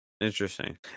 Interesting